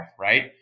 right